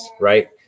right